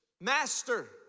Master